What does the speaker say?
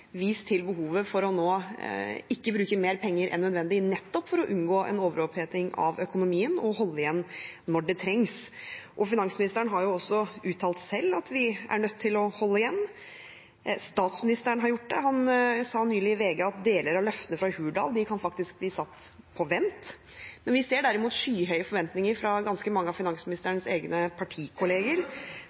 vist til behovet for ikke å bruke mer penger enn nødvendig nå, nettopp for å unngå en overoppheting av økonomien og holde igjen når det trengs. Finansministeren har selv også uttalt at vi er nødt til å holde igjen. Statsministeren har gjort det. Han sa nylig i VG at deler av løftene fra Hurdal faktisk kan bli satt på vent. Vi ser derimot skyhøye forventninger fra ganske mange av finansministerens egne partikolleger,